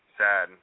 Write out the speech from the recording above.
sad